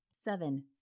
seven